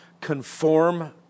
conform